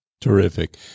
Terrific